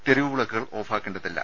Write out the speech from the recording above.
തെരുവ് വിളക്കുകൾ ഓഫാക്കേണ്ടതില്ല